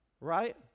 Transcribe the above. right